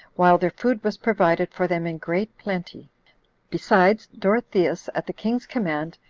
while their food was provided for them in great plenty besides, dorotheus, at the king's command,